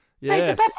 Yes